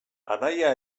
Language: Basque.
anaia